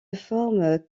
forme